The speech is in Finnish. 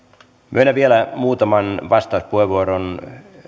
myönnän vielä muutaman vastauspuheenvuoron